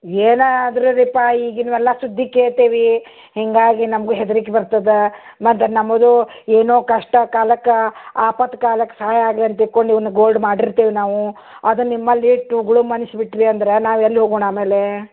ಏನೋ ಆದ್ರೆ ರಿಪಾಯಿ ಈಗಿನವೆಲ್ಲ ಸುದ್ದಿ ಕೇಳ್ತಿವಿ ಹೀಗಾಗಿ ನಮಗೂ ಹೆದ್ರಿಕೆ ಬರ್ತದೆ ಮತ್ತು ನಮ್ಮದು ಏನೋ ಕಷ್ಟ ಕಾಲಕ್ಕೆ ಆಪತ್ಕಾಲಕ್ಕೆ ಸಹಾಯ ಆಗ್ಲಂತ ಇಕ್ಕೊಂಡು ಇವ್ನ ಗೋಲ್ಡ್ ಮಾಡಿರ್ತೀವಿ ನಾವು ಅದನ್ನ ನಿಮ್ಮಲ್ಲಿಟ್ಟು ಗುಳುಮ್ ಅನಿಸ್ಬಿಟ್ರಿ ಅಂದ್ರೆ ನಾವೆಲ್ಲಿ ಹೋಗೋಣ ಆಮೇಲೆ